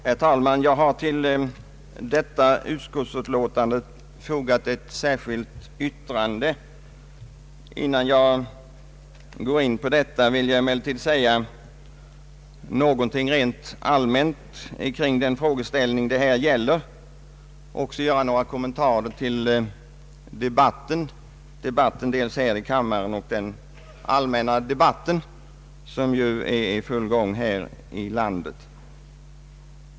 Herr talman! Jag har fogat ett särskilt yttrande till detta utskottsutlåtande. Innan jag går in på det vill jag emellertid säga något rent allmänt kring den frågeställning det här gäller samt göra några kommentarer till debatten här i kammaren och den allmänna debatt som är i full gång beträffande den här frågan.